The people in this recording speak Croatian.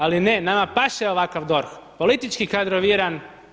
Ali ne, nama paše ovakav DORH, politički kadroviran.